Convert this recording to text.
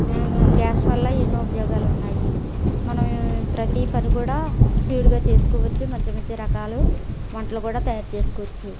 gas వల్ల ఎన్నో ఉపయోగాలు ఉన్నాయి మనం ప్రతి పని కూడా స్పీడ్గా చేసుకోవచ్చు మంచి మంచి రకాలు వంటలు కూడా తయారు చేసుకోవచ్చు